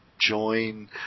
join